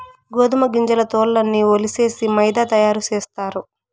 గోదుమ గింజల తోల్లన్నీ ఒలిసేసి మైదా తయారు సేస్తారు